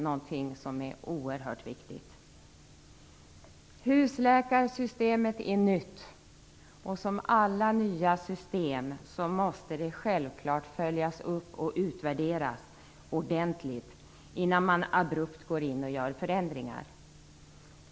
Det är oerhört viktigt. Husläkarsystemet är nytt. Och som alla nya system måste det självfallet följas upp och utvärderas ordentligt innan man abrupt går in och gör förändringar.